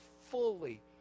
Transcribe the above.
fully